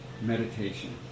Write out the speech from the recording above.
Meditation